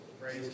Praise